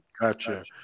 gotcha